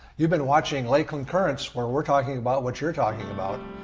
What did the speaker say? you've been watching lakeland currents where we're talking about what you're talking about.